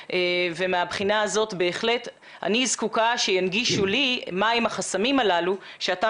ומהבחינה הזאת אני זקוקה שינגישו לי מה הם החסמים הללו שאתה